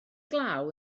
glaw